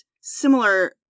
similar